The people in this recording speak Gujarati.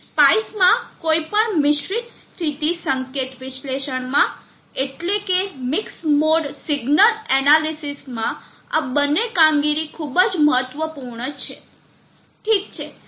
સ્પાઇસ માં કોઈપણ મિશ્રિત સ્થિતિ સંકેત વિશ્લેષણમાં એટલેકે મિક્સ મોડ સિગ્નલ એનાલિસિસ માં આ બંને કામગીરી ખૂબ જ મહત્વપૂર્ણ છે ઠીક છે